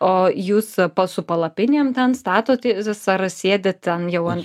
o jūs pats su palapinėm ten statotės ar sėdit ten jau ant